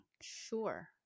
Sure